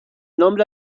nombre